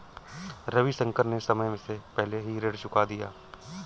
रविशंकर ने समय से पहले ही ऋण चुका दिया